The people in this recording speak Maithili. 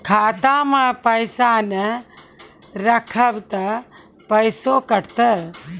खाता मे पैसा ने रखब ते पैसों कटते?